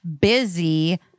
busy